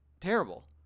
terrible